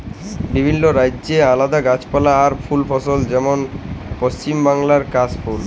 বিভিল্য রাজ্যে আলাদা গাছপালা আর ফুল ফসল হ্যয় যেমল পশ্চিম বাংলায় কাশ ফুল